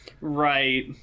Right